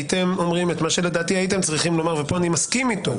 הייתם צריכים לומר את מה שלדעתי הייתם צריכים לומר ופה אני מסכים איתו,